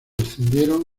descendieron